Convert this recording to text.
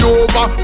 over